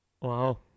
Wow